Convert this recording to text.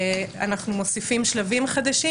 אנחנו מוסיפים שלבים חדשים,